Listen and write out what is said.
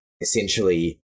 essentially